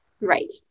Right